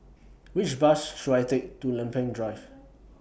Which Bus should I Take to Lempeng Drive